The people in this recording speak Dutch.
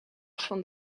van